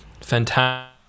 fantastic